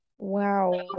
Wow